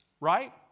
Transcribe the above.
Right